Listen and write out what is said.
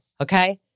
Okay